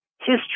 history